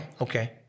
Okay